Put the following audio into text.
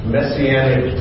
Messianic